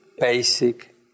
basic